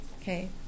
okay